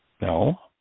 No